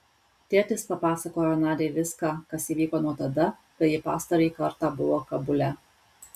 tėtis papasakojo nadiai viską kas įvyko nuo tada kai ji pastarąjį kartą buvo kabule